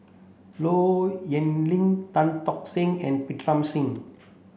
Low Yen Ling Tan Tock Seng and Pritam Singh